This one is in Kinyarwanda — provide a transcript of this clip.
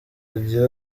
agire